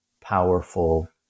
powerful